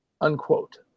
unquote